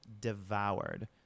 devoured